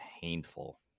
painful